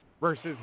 versus